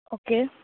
okay